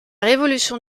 révolution